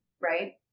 right